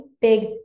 big